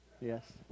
yes